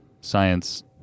science